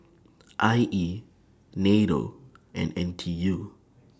I E NATO and N T U